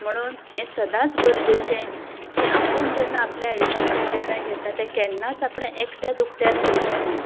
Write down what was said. म्हणून हें सदांच गरजेचें की आपूण जेन्ना आपल्या आयुश्यांतले निर्णय घेता ते केन्नाच आपल्या एकट्या दुकट्यान घेवचे न्ही